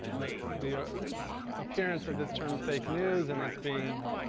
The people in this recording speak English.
the the ah appearance of this term fake news, and it's being